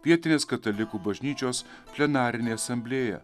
vietinės katalikų bažnyčios plenarinė asamblėja